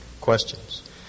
questions